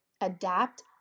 adapt